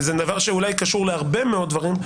וזה דבר שאולי קשור להרבה מאוד דברים,